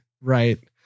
Right